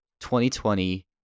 2020